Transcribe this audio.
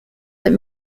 that